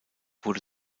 wurde